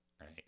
right